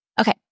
Okay